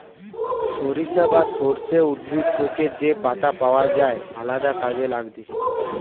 সরিষা বা সর্ষে উদ্ভিদ থেকে যে পাতা পাওয় যায় আলদা কাজে লাগতিছে